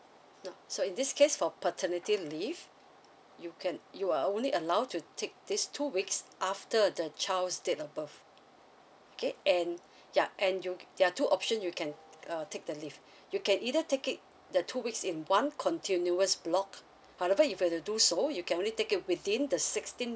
now so in this case for paternity leave you can you are only allowed to take these two weeks after the child's date of birth okay and ya and you there are two option you can uh take the leave you can either take it the two weeks in one continuous block however if you were to do so you can only take it within the sixteen